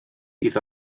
iddo